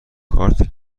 کارت